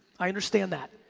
i understand that.